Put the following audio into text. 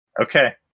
Okay